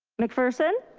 mcpherson?